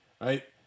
right